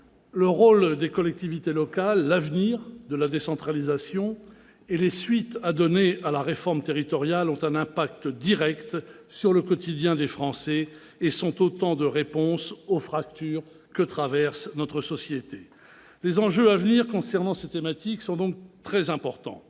le rôle des collectivités locales, l'avenir de la décentralisation et les suites à donner à la réforme territoriale ont un impact direct sur le quotidien des Français et sont autant de réponses aux fractures qui traversent notre société. Les enjeux futurs concernant ces thématiques sont donc très importants.